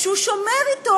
שהוא שומר אתו,